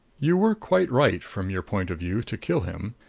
you were quite right, from your point of view, to kill him.